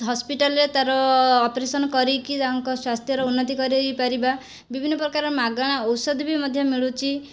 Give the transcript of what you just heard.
ହସ୍ପିଟାଲରେ ତା'ର ଅପରେସନ କରେଇକି ତାଙ୍କର ସ୍ଵାସ୍ଥ୍ୟର ଉନ୍ନତି କରେଇ ପାରିବା ବିଭିନ୍ନ ପ୍ରକାର ମାଗଣା ଔଷଧ ବି ମଧ୍ୟ ମିଳୁଛି